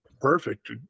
perfect